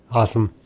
awesome